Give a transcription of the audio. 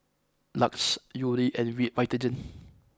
Lux Yuri and Vitagen